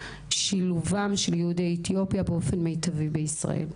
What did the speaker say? שילובם של יהודי אתיופיה באופן מיטבי בישראל.